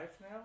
now